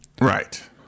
Right